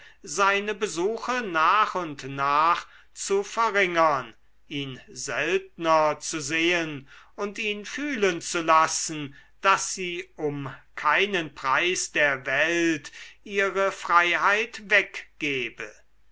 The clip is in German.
seine besuche nach und nach zu verringern ihn seltner zu sehen und ihn fühlen zu lassen daß sie um keinen preis der welt ihre freiheit weggebe